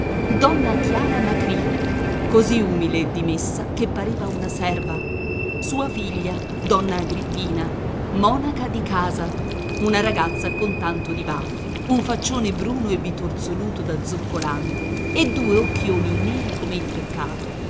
donna chiara macrì così umile e dimessa che pareva una serva sua figlia donna agrippina monaca di casa una ragazza con tanto di baffi un faccione bruno e bitorzoluto da zoccolante e due occhioni neri come il peccato